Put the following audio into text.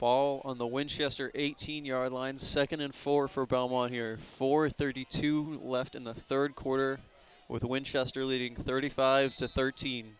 ball on the winchester eighteen yard line second in four for pelham one here for thirty two left in the third quarter with winchester leading thirty five to thirteen